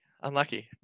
Unlucky